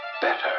better